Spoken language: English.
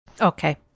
Okay